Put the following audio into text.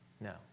No